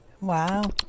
Wow